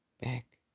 back